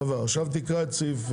עכשיו תקרא.